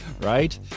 right